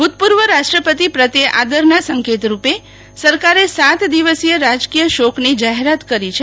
ભૂતપૂર્વ રાષ્ટ્રપતિ પ્રત્યે આદરના સંકેત રૂપે સરકારે સાત દિવસીય રાજકીય શોકની જાહેરાત કરી છે